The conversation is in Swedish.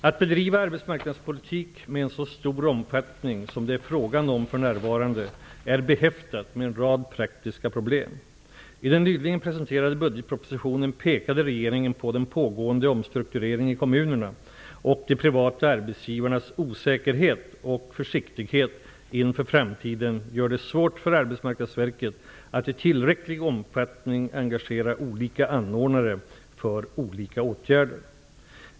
Att bedriva arbetsmarknadspolitik med en så stor omfattning som det är frågan om för närvarande är behäftat med en rad praktiska problem. I den nyligen presenterade budgetpropositionen pekade regeringen på den pågående omstruktureringen i kommunerna, och de privata arbetsgivarnas osäkerhet och försiktighet inför framtiden gör det svårt för Arbetsmarknadsverket att i tillräcklig omfattning engagera olika anordnare för olika åtgärder.